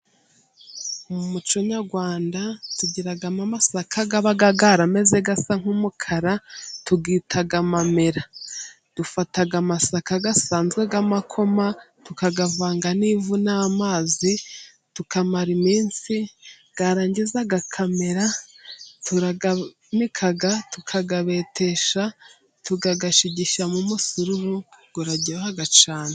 Mu muco nyarwanda tugira mo amasaka aba yarameze asa nk'umukara, dufataga amasaka asanzwe y'amakoma tukayavanga n'ivu n'amazi tukamara iminsi yarangiza yakamera, turayanika, tukayabetesha, tukayashigisha mu musururu ngo uraryoha cyane.